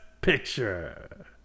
picture